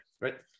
Right